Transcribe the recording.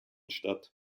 statt